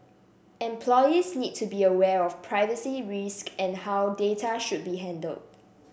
employees need to be aware of privacy risks and how data should be handled